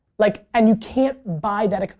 like and you can't buy that. ah